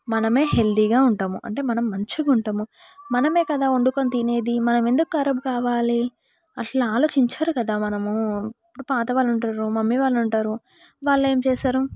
మనం హెల్తీగా ఉంటాము అంటే మనం మంచిగా ఉంటాము మనం కదా వండుకొని తినేది మనం ఎందుకు ఖరాబ్ కావాలి అట్లా ఆలోచించారు కదా మనము ఇప్పుడు పాత వాళ్ళు ఉంటారు మమ్మీ వాళ్ళు ఉంటారు వాళ్ళు ఏం చేస్తారు